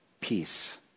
Peace